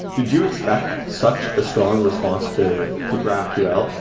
did you expect such a strong response to to graphql,